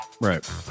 right